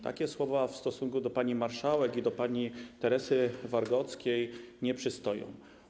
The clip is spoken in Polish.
Takie słowa w stosunku do pani marszałek i do pani Teresy Wargockiej nie przystoją.